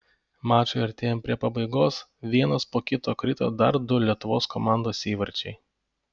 mačui artėjant prie pabaigos vienas po kito krito dar du lietuvos komandos įvarčiai